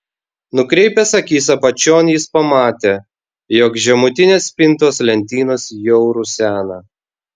nukreipęs akis apačion jis pamatė jog žemutinės spintos lentynos jau rusena